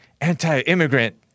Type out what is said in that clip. anti-immigrant